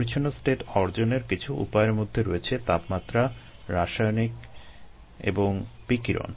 পরিচ্ছন্ন স্টেট অর্জনের কিছু উপায়ের মধ্যে রয়েছে তাপমাত্রা রাসায়নিক এবং বিকিরণ